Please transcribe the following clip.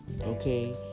okay